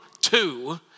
two